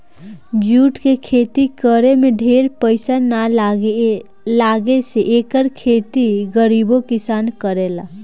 jute के खेती करे में ढेर पईसा ना लागे से एकर खेती गरीबो किसान करेला